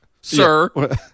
sir